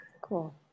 Cool